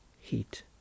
heat